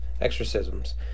exorcisms